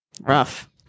Rough